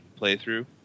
playthrough